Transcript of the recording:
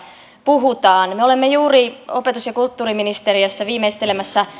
puhutaan me olemme juuri opetus ja kulttuuriministeriössä viimeistelemässä